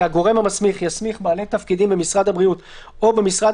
יהיה "הגורם המסמיך יסמיך בעלי תפקידים במשרד הבריאות או במשרד